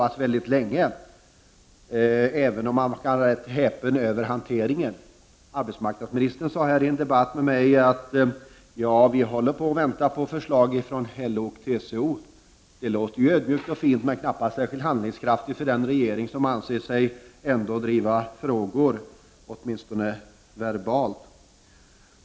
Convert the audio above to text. Låt mig säga detta, även om man också kan vara häpen över den hantering som den har utsatts för. Arbetsmarknadsministern sade till mig i en debatt att man väntade på förslag från TCO och LO. Det låter ju ödmjukt och fint, men knappast särskilt handlingskraftigt för en regering som anser sig driva frågor, åtminstone verbalt.